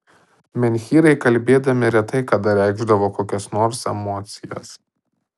menhyrai kalbėdami retai kada reikšdavo kokias nors emocijas